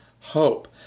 hope